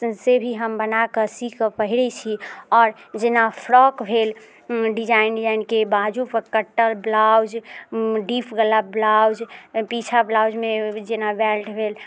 से भी हम बनाकऽ सी कऽ हम पहिरैत छी आओर जेना फ्रॉक भेल डिजाइन डिजाइनके बाजू पर कटल ब्लाउज डीप गला ब्लाउज ब्लाउज पीछा ब्लाउजमे जेना बेल्ट भेल